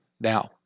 Now